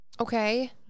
Okay